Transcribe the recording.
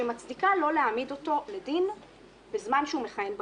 שמצדיקה לא להעמיד אותו לדין בזמן שהוא מכהן בכנסת.